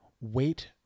wait